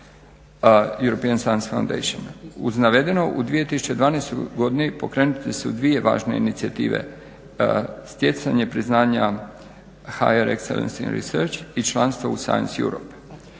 European Science Foundation. Uz navedeno u 2012.godini pokrenute su dvije važne inicijative. Stjecanje priznanja HR … /Govornik se ne razumije./ … i članstva u Science European.